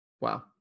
Wow